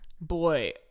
Boy